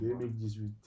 2018 (